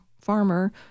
farmer